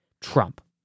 Trump